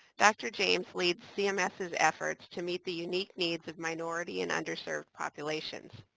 dr. james leads cms's efforts to meet the unique needs of minority, and underserved populations.